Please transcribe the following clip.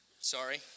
Sorry